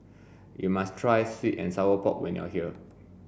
you must try sweet and sour pork when you are here